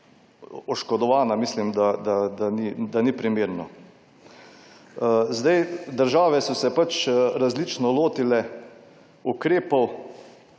oškodovana, mislim, da ni, da ni primerno. Države so se pač različno lotile ukrepov.